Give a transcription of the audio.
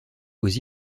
aux